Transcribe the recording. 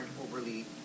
overly